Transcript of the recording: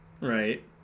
Right